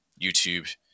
YouTube